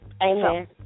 Amen